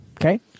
Okay